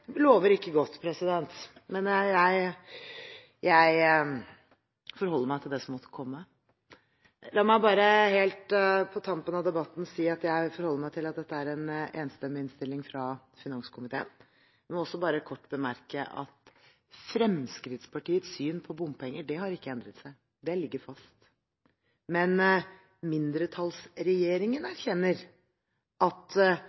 lover ikke godt. Men jeg forholder meg til det som måtte komme. La meg helt på tampen av debatten si at jeg forholder meg til at dette er en enstemmig innstilling fra finanskomiteen, men vil også kort bemerke at Fremskrittspartiets syn på bompenger ikke har endret seg. Det ligger fast. Men mindretallsregjeringen erkjenner at et stort politisk flertall har vært, og er, for betydelig bompengefinansiering av veiprosjekter. Det at